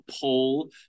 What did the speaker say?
poll